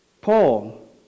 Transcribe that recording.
Paul